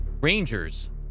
rangers